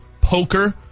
poker